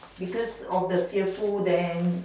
because of the fearful then